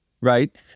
right